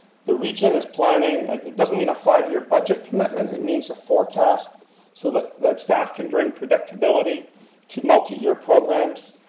the region is planning, it doesn't mean a five year budget commitment, it means a forecast so that that staff can bring predictability to multi-year programs.